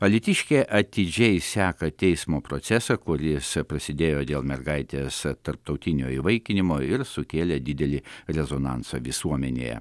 alytiškė atidžiai seka teismo procesą kuris prasidėjo dėl mergaitės tarptautinio įvaikinimo ir sukėlė didelį rezonansą visuomenėje